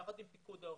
יחד עם פיקוד העורף,